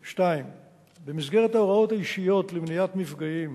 2. במסגרת ההוראות האישיות למניעת מפגעים